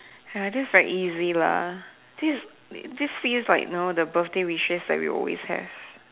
ya this very easy lah this is this feels like you know the birthday wishes that we always have